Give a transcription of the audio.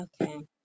Okay